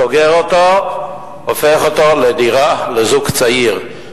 סוגר אותו, הופך אותו לדירה לזוג צעיר.